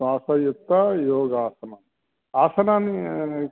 श्वासयुक्तयोगासनम् आसनानि